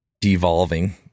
devolving